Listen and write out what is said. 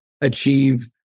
achieve